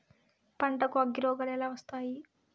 పంటకు అగ్గిరోగాలు ఎలా వస్తాయి?